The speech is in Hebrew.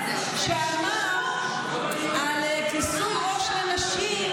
שאמר על כיסוי ראש לנשים,